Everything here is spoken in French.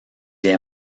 est